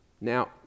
Now